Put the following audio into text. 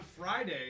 Friday